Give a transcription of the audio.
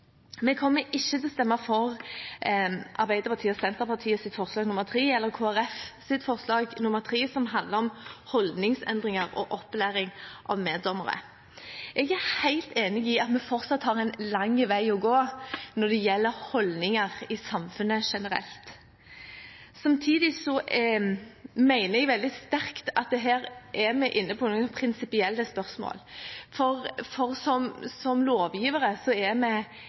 Vi kommer ikke til å stemme for forslag nr. 3 til sak nr. 8, fra Arbeiderpartiet og Senterpartiet, eller forslag nr. 3 til sak nr. 9, fra Kristelig Folkeparti, som handler om holdningsendringer og opplæring av meddommere. Jeg er helt enig i at vi fortsatt har en lang vei å gå når det gjelder holdninger i samfunnet generelt. Samtidig mener jeg veldig sterkt at vi her er inne på noen prinsipielle spørsmål, for som lovgivere er vi